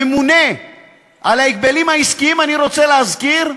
הממונה על ההגבלים העסקיים, אני רוצה להזכיר,